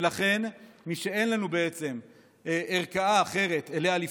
ולכן הוא משאין לנו בעצם ערכאה אחרת לפנות אליה.